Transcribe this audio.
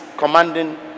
commanding